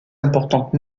importantes